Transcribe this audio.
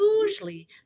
usually